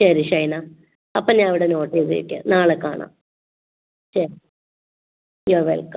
ശരി ഷൈന അപ്പോൾ ഞാൻ ഇവിടെ നോട്ട് ചെയ്ത് വയ്ക്കാം നാളെ കാണാം ശരി യു ആർ വെൽക്കം